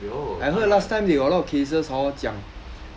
有